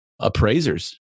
appraisers